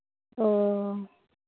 ꯑꯣ